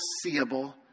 seeable